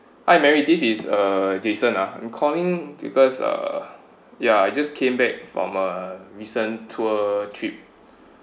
Hi mary this is uh jason ah I'm calling because uh yeah I just came back from a recent tour trip